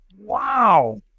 wow